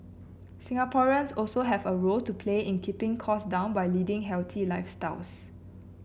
Singaporeans also have a role to play in keeping costs down by leading healthy lifestyles